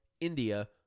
india